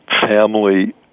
family